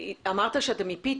השדה מאוד מאד עמוק,